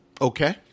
okay